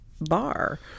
bar